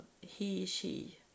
he-she